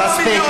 מספיק,